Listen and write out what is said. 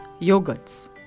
yogurts